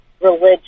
religion